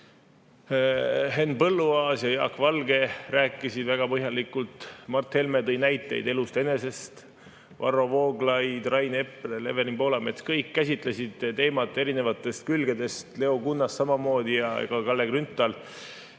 Henn Põlluaas ja Jaak Valge rääkisid väga põhjalikult, Mart Helme tõi näiteid elust enesest. Varro Vooglaid, Rain Epler, Evelin Poolamets – kõik käsitlesid teemat erinevatest külgedest, Leo Kunnas samamoodi ja ka Kalle Grünthal.